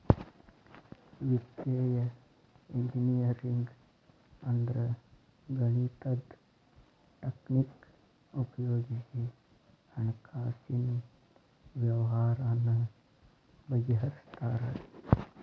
ವಿತ್ತೇಯ ಇಂಜಿನಿಯರಿಂಗ್ ಅಂದ್ರ ಗಣಿತದ್ ಟಕ್ನಿಕ್ ಉಪಯೊಗಿಸಿ ಹಣ್ಕಾಸಿನ್ ವ್ಯವ್ಹಾರಾನ ಬಗಿಹರ್ಸ್ತಾರ